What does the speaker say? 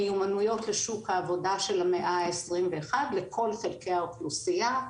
מיומנויות לשוק העבודה של המאה ה-21 לכל חלקי האוכלוסייה,